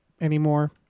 anymore